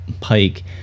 pike